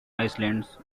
islands